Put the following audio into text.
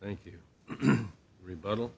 thank you rebuttal